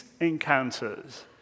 encounters